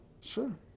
Sure